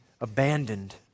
abandoned